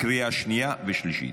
לקריאה שנייה ושלישית.